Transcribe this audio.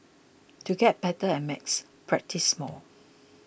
to get better at maths practise more